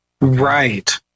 Right